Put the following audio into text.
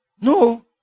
No